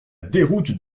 déroute